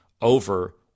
over